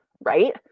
right